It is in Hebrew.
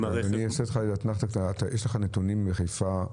יש לך נתונים מחיפה,